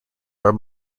are